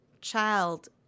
child